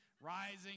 rising